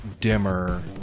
dimmer